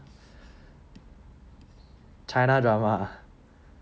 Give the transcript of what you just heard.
china drama ah